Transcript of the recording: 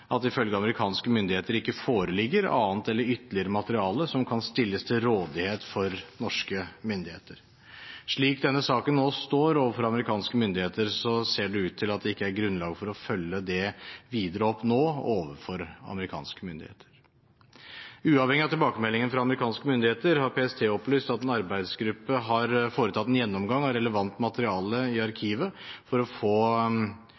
at det ifølge amerikanske myndigheter ikke foreligger annet eller ytterligere materiale som kan stilles til rådighet for norske myndigheter. Slik denne saken nå står overfor amerikanske myndigheter, ser det ut til at det ikke er grunnlag for å følge den videre opp overfor dem nå. Uavhengig av tilbakemeldingen fra amerikanske myndigheter har PST opplyst at en arbeidsgruppe har foretatt en gjennomgang av relevant materiale i arkivet for å få